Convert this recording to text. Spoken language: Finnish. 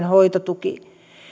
hoitotuki